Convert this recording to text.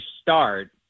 start